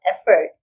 effort